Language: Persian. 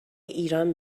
ایران